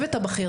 הצוות הבכיר,